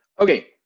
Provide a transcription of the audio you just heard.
Okay